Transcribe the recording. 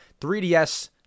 3DS